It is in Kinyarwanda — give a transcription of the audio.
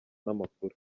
n’amakuru